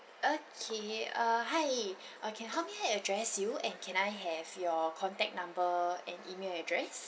okay uh hi okay how may I address you and can I have your contact number and email address